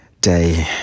day